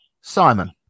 Simon